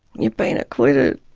you've been acquitted.